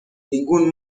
ningún